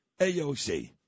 AOC